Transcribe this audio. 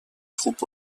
troupes